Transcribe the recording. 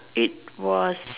it was